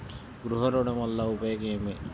గృహ ఋణం వల్ల ఉపయోగం ఏమి?